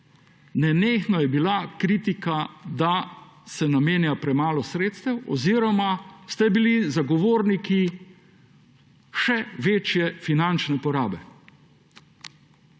Nenehno je bila kritika, da se namenja premalo sredstev, oziroma ste bili zagovorniki še večje finančne porabe.